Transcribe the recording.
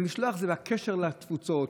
המשלוח הוא הקשר עם התפוצות,